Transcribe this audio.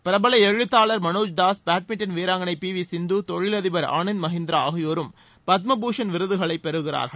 பிரபல எழுத்தாள் மனோற்தாஸ் பேட்மிண்டன் வீராங்கணை பி வி சிந்து தொழிலதிபர் ஆனந்த் மகேந்திரா ஆகியோரும் பத்ம பூஷண் விருதுகளைப் பெறுகிறார்கள்